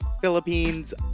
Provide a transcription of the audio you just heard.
Philippines